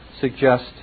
suggest